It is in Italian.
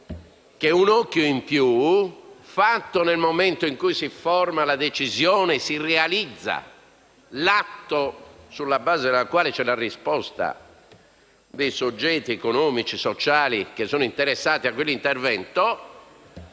che è un occhio in più, fatto nel momento in cui si forma la decisione e si realizza l'atto sulla base del quale vi è la risposta dei soggetti economici e sociali interessati a quell'intervento,